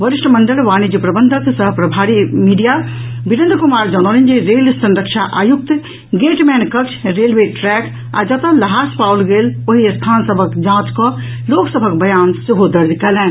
वरिष्ठ मंडल वाणिज्य प्रबंधक सह मीडिया प्रभारी बिरेंद्र कुमार जनौलनि जे रेल संरक्षा आयुक्त गेटमैन कक्ष रेलवे ट्रैक आ जतऽ लहास पाओल गेल ओहि स्थान सभक जांच कऽ लोक सभक बयान सेहो दर्ज कयलनि